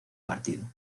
partido